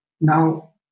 Now